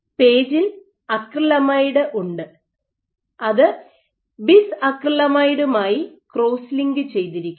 പേജിൽ അക്രിലമൈഡ് ഉണ്ട് അത് ബിസ് അക്രിലമൈഡുമായി ക്രോസ് ലിങ്ക് ചെയ്തിരിക്കുന്നു